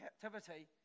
captivity